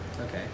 Okay